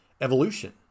evolution